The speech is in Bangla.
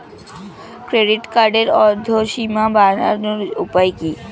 ক্রেডিট কার্ডের উর্ধ্বসীমা বাড়ানোর উপায় কি?